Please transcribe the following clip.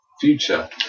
future